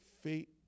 fate